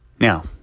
Now